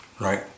right